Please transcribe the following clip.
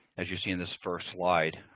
as you see in this first slide,